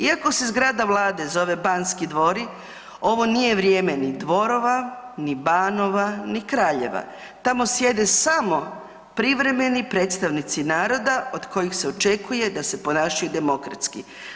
Iako se zgrada Vlade zove Banski dvori ovo nije vrijeme ni dvorova, ni banova, ni kraljeva, tamo sjede samo privremeni predstavnici naroda od kojih se očekuje da se ponašaju demokratski.